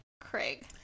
craig